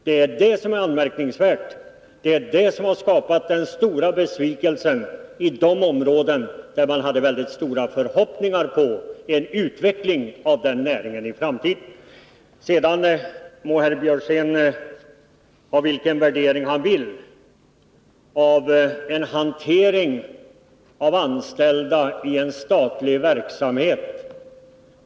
Det är detta som är anmärkningsvärt, och det är detta som har skapat den stora besvikelsen i de områden där man hade mycket stora förhoppningar om en utveckling av den näringen i framtiden. Sedan må herr Björzén ha vilken värdering han vill beträffande hanteringen av anställda i en statlig verksamhet.